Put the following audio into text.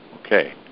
Okay